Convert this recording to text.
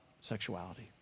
sexuality